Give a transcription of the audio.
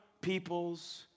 people's